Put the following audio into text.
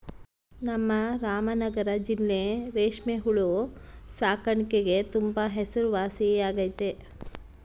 ನಮ್ ರಾಮನಗರ ಜಿಲ್ಲೆ ರೇಷ್ಮೆ ಹುಳು ಸಾಕಾಣಿಕ್ಗೆ ತುಂಬಾ ಹೆಸರುವಾಸಿಯಾಗೆತೆ